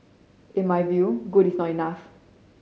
in my view good is not enough